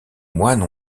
moines